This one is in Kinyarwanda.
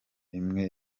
imwe